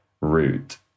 route